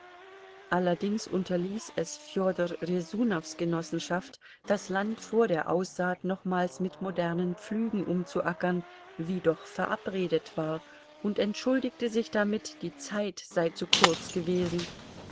allerdings unterließ es fjodor rjesunows genossenschaft das land vor der aussaat nochmals mit modernen pflügen umzuackern wie doch verabredet war und entschuldigte sich damit die zeit sei zu kurz gewesen